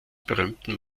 berühmten